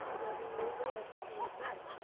there'll be no way of keeping it back,